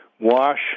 wash